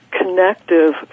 connective